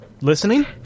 Listening